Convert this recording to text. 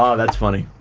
ah that's funny.